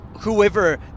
Whoever